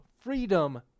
freedom